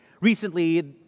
Recently